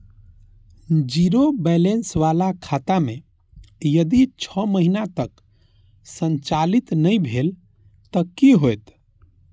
Zero balance बाला खाता में यदि छः महीना तक संचालित नहीं भेल ते कि होयत?